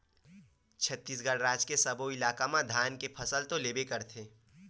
छत्तीसगढ़ राज के सब्बो इलाका म धान के फसल तो लेबे करथे